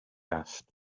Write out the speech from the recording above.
asked